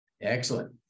Excellent